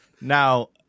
Now